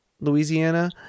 Louisiana